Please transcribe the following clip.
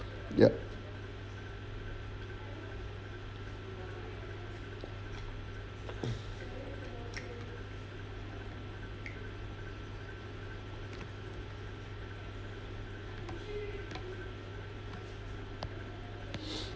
ya